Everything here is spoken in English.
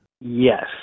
Yes